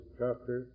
chapter